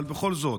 אבל בכל זאת,